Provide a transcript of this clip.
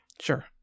Sure